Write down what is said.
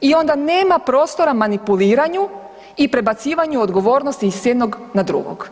i onda nema prostora manipuliranju i prebacivanju odgovornosti s jednog na drugog.